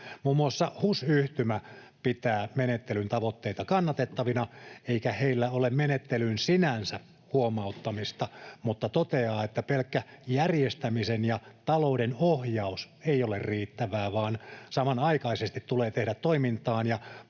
Muun muassa HUS-yhtymä pitää menettelyn tavoitteita kannatettavina, eikä heillä ole menettelyyn sinänsä huomauttamista, mutta toteaa, että pelkkä järjestämisen ja talouden ohjaus ei ole riittävää, vaan samanaikaisesti tulee tehdä toimintaan